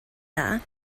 dda